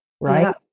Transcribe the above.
right